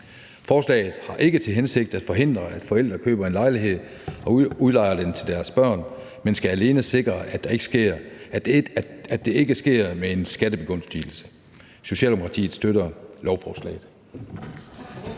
Forslaget har ikke til hensigt at forhindre, at forældre køber en lejlighed og udlejer den til deres børn, men skal alene sikre, at det ikke sker med en skattebegunstigelse. Socialdemokratiet støtter lovforslaget.